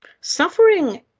Suffering